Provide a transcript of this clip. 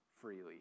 freely